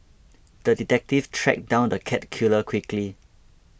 the detective tracked down the cat killer quickly